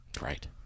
right